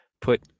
put